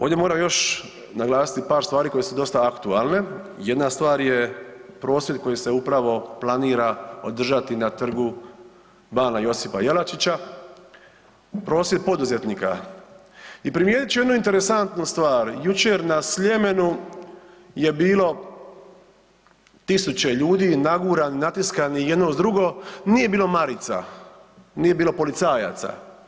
Ovdje moram još naglasiti par stvari koje su dosta aktualne, jedna stvar je prosvjed koji se upravo planira održati na Trgu bana J. Jelačića, prosvjed poduzetnika i primjećujem jednu interesnu stvar, jučer na Sljemenu je bilo tisuće ljudi, nagurani, natiskani jedno uz drugo, nije bilo marica, nije bilo policajaca.